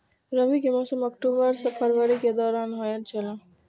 रबी के मौसम अक्टूबर से फरवरी के दौरान होतय छला